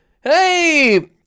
hey